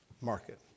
market